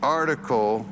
article